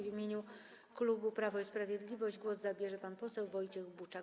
W imieniu klubu Prawo i Sprawiedliwość głos zabierze pan poseł Wojciech Buczak.